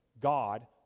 God